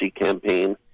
campaign